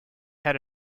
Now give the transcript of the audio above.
had